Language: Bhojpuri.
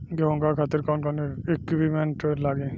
गेहूं उगावे खातिर कौन कौन इक्विप्मेंट्स लागी?